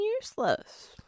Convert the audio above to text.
useless